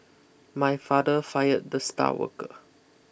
my father fired the star worker